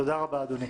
תודה רבה, אדוני.